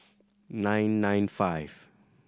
nine nine five